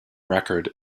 record